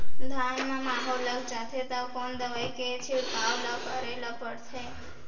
धान म माहो लग जाथे त कोन दवई के छिड़काव ल करे ल पड़थे?